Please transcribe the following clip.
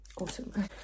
Awesome